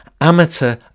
amateur